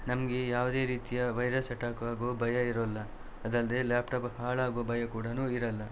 ನಮಗೆ ಯಾವುದೇ ರೀತಿಯ ವೈರಸ್ ಅಟ್ಯಾಕ್ ಆಗುವ ಭಯ ಇರೋಲ್ಲ ಅದಲ್ಲದೆ ಲ್ಯಾಪ್ಟಾಪ್ ಹಾಳಾಗುವ ಭಯ ಕೂಡನೂ ಇರಲ್ಲ